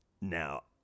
Now